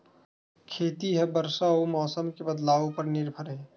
खेती हा बरसा अउ मौसम के बदलाव उपर निर्भर हे